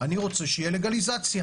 אני רוצה שתהיה לגליזציה.